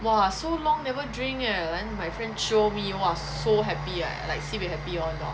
!wah! so long never drink eh then my friend jio me !wah! so happy I like sibeh happy lor